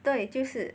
对就是